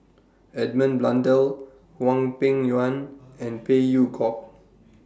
Edmund Blundell Hwang Peng Yuan and Phey Yew Kok